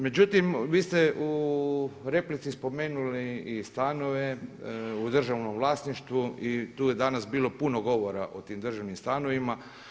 Međutim, vi ste u replici spomenuli i stanove u državnom vlasništvu i tu je danas bilo puno govora o tim državnim stanovima.